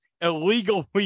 illegally